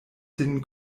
sin